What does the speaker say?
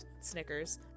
snickers